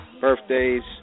birthdays